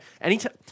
anytime